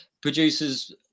Producers